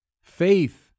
Faith